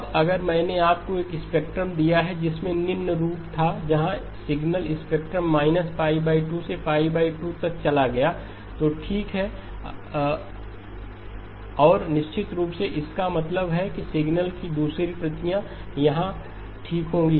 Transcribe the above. अब अगर मैंने आपको एक स्पेक्ट्रम दिया है जिसमें निम्न रूप था जहां सिग्नल स्पेक्ट्रम 2 से π 2 तक चला गया तो ठीक है और निश्चित रूप से इसका मतलब है कि सिग्नल की दूसरी प्रति यहां ठीक होगी